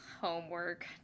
homework